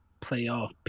Playoff